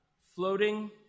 floating